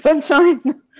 Sunshine